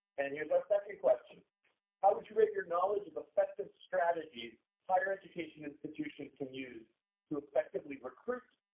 and here's our second question how would you rate your knowledge of effective strategies higher-education institutions can use to effectively recruit,